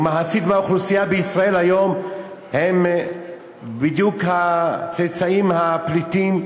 ומחצית מהאוכלוסייה בישראל היום הם בדיוק הצאצאים של הפליטים.